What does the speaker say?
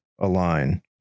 align